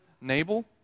Nabal